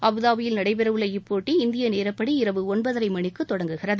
அபுதாபியில் நடைபெறவுள்ள இப்போட்டி இந்திய நேரப்படி இரவு ஒன்பதரை மணிக்கு தொடங்குகிறது